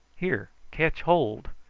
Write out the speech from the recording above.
here, ketch hold,